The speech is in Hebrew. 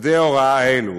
עובדי ההוראה האלה